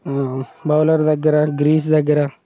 bowler దగ్గర crease దగ్గర